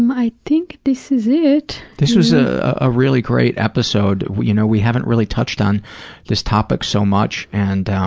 um i think this is it. this was a ah really great episode. you know, we haven't really touched on this topic so much, and